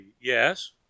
yes